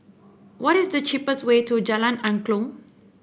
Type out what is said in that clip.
what is the cheapest way to Jalan Angklong